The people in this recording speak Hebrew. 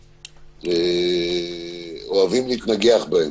בדרך כלל אוהבים להתנגח בהם